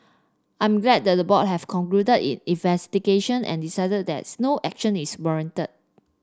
I'm glad that the board have concluded it investigation and decided that no action is warranted